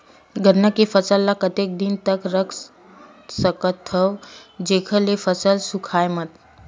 गन्ना के फसल ल कतेक दिन तक रख सकथव जेखर से फसल सूखाय मत?